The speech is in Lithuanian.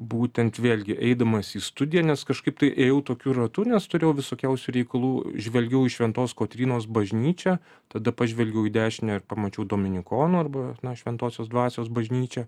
būtent vėlgi eidamas į studiją nes kažkaip tai ėjau tokiu ratu nes turėjau visokiausių reikalų žvelgiau į šventos kotrynos bažnyčią tada pažvelgiau į dešinę ir pamačiau dominikonų arba šventosios dvasios bažnyčią